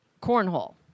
cornhole